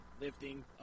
lifting